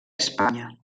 espanya